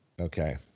Okay